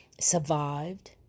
survived